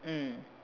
mm